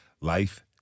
life